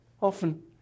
often